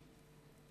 כן.